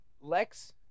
Lex